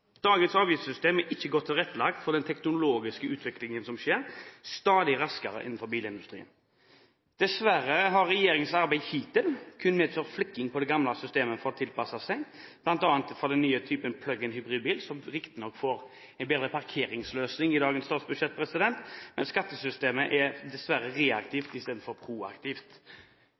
Dagens avgiftssystem er ikke godt nok tilrettelagt for den teknologiske utviklingen som skjer stadig raskere innenfor bilindustrien. Dessverre har regjeringens arbeid hittil kun medført flikking på det gamle systemet for å tilpasse seg, bl.a. til den nye typen plugg inn-hybridbilen, som riktignok får en bedre parkeringsløsning i dagens statsbudsjett. Men skattesystemet er dessverre reaktivt i stedet for proaktivt.